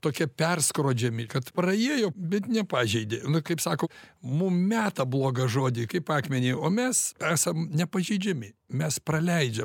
tokie perskrodžiami kad praėjo bet nepažeidė nu kaip sako mum meta blogą žodį kaip akmenį o mes esam nepažeidžiami mes praleidžiam